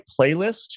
playlist